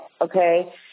okay